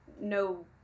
no